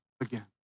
again